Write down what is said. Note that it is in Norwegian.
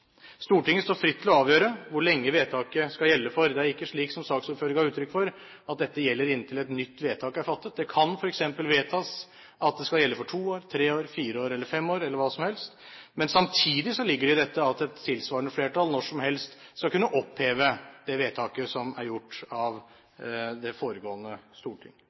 Stortinget står fritt til å avgjøre hvor lenge vedtaket skal gjelde. Det er ikke slik som saksordfører ga uttrykk for, at dette gjelder inntil et nytt vedtak er fattet. Det kan f.eks. vedtas at det skal gjelde for to år, tre år, fire år eller fem år, eller hva som helst. Men samtidig ligger det i dette at et tilsvarende flertall når som helst skal kunne oppheve det vedtaket som er gjort av det foregående storting.